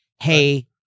Hey